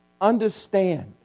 understand